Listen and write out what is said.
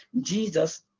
Jesus